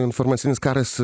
informacinis karas